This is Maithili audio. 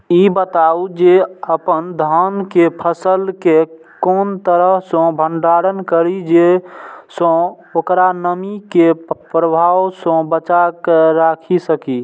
ई बताऊ जे अपन धान के फसल केय कोन तरह सं भंडारण करि जेय सं ओकरा नमी के प्रभाव सं बचा कय राखि सकी?